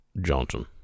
Johnson